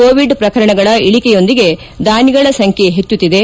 Covid ಪ್ರಕರಣಗಳ ಇಳಕೆಯೊಂದಿಗೆ ದಾನಿಗಳ ಸಂಖ್ಯೆ ಹೆಚ್ಚುತ್ತಿದೆ